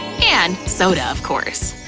and soda, of course.